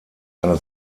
eine